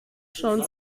schon